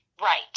Right